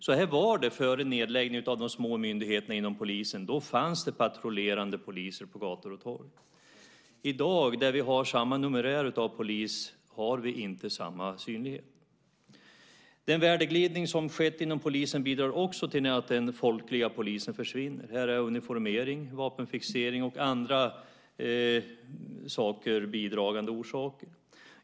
Så var det före nedläggningen av de små myndigheterna inom polisen. Då fanns det patrullerande poliser på gator och torg. I dag, när vi har samma numerär av polis, har vi inte samma synlighet. Den värdeglidning som skett inom polisen bidrar också till att den folkliga polisen försvinner. Här är uniformering, vapenfixering och andra saker bidragande orsaker.